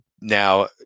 now